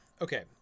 Okay